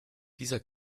dieser